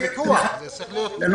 זה פיקוח, זה צריך להיות בפיקוח.